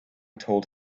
told